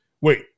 Wait